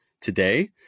today